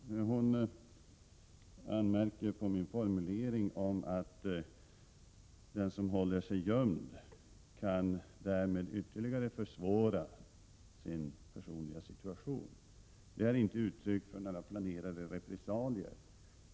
Viola Claesson anmärkte på min formulering när jag sade att den som håller sig gömd därmed kan ytterligare försvåra sin personliga situation. Det är inte uttryck för några planerade repressalier.